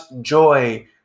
joy